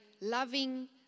loving